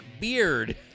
Beard